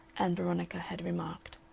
ann veronica had remarked.